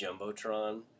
Jumbotron